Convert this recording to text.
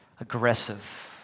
aggressive